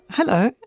Hello